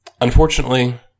Unfortunately